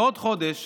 בעוד חודש